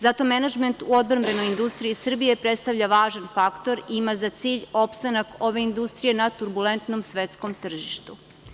Zato menadžment u odbrambenoj industriji Srbije predstavlja važan faktor i ima za cilj opstanak ove industrije na turbulentnom svetskom tržištu.